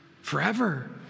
forever